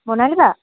বৰ্ণালী বা